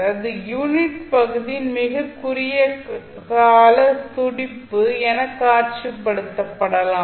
இது யூனிட் பகுதியின் மிகக் குறுகிய கால துடிப்பு எனக் காட்சிப்படுத்தப்படலாம்